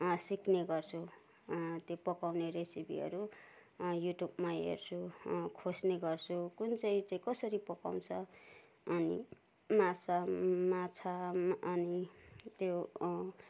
सिक्ने गर्छु त्यो पकाउने रेसिपीहरू युट्युबमा हेर्छु खोज्ने गर्छु कुन चाहिँ कसरी पकाउँछ अनि माछा माछा अनि त्यो